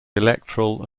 electoral